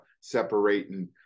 separating